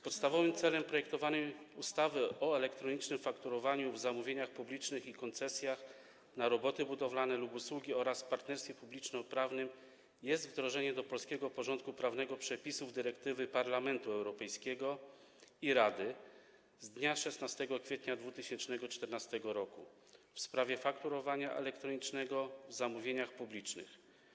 Podstawowym celem projektowanej ustawy o elektronicznym fakturowaniu w zamówieniach publicznych, koncesjach na roboty budowlane lub usługi oraz partnerstwie publiczno-prywatnym jest wdrożenie do polskiego porządku prawnego przepisów dyrektywy Parlamentu Europejskiego i Rady z dnia 16 kwietnia 2014 r. w sprawie fakturowania elektronicznego w zamówieniach publicznych.